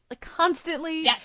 constantly